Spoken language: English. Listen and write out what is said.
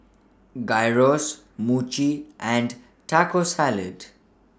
Gyros Mochi and Taco Salad